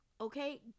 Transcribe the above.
okay